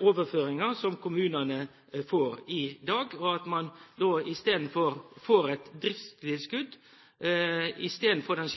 overføringer som kommunene får i dag, slik at man får et driftstilskudd i stedet for den